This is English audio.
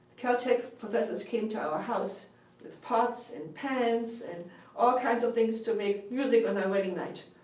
caltech professors came to our house with pots and pans and all kinds of things to make music on our wedding night.